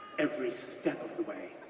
every step of the way.